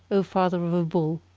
o father of a bull!